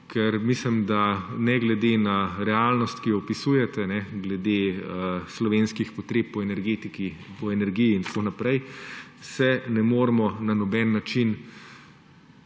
ker mislim, da ne glede na realnost, ki jo opisujete glede slovenskih potreb po energetiki, po energiji in tako naprej, se ne moremo na noben način